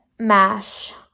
mash